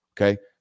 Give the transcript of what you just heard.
okay